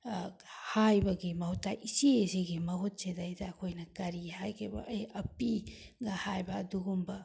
ꯍꯥꯏꯕꯒꯤ ꯃꯍꯨꯠꯇ ꯏꯆꯦꯁꯤꯒꯤ ꯃꯍꯨꯠ ꯁꯤꯗꯩꯗ ꯑꯩꯈꯣꯏꯅ ꯀꯔꯤ ꯍꯥꯏꯒꯦꯕꯨ ꯍꯦ ꯑꯄꯤꯒ ꯍꯥꯏꯕ ꯑꯗꯨꯒꯨꯝꯕ